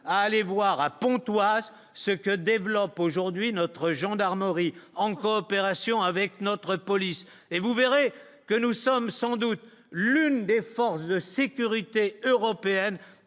aller voir à Pontoise ce que développe aujourd'hui notre gendarmerie en coopération avec notre police et vous verrez que nous sommes sans doute l'une des forces de sécurité européenne